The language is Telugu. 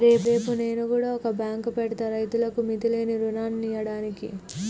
రేపు నేను గుడ ఓ బాంకు పెడ్తా, రైతులకు మిత్తిలేని రుణాలియ్యడానికి